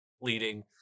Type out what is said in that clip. leading